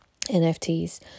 NFTs